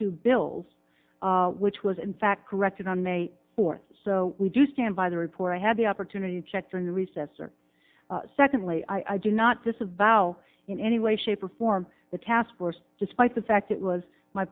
to bills which was in fact corrected on may fourth so we do stand by the report i had the opportunity to check during the recess or secondly i do not disavow in any way shape or form the task force despite the fact it was my